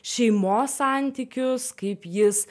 šeimos santykius kaip jis